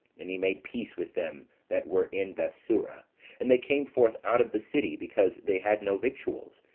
and he made peace with them that were in bethsura and they came forth out of the city, because they had no victuals,